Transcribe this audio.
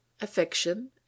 Affection